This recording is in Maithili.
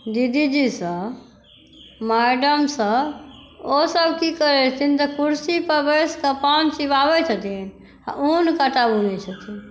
सब मैडम सब ओ सब की करै छथिन तऽ कुर्सी पर बसि कऽ पान चिबाबै छथिन आ ऊन कटा बुनै छथिन